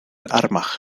armagh